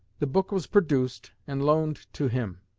the book was produced and loaned to him.